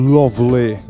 lovely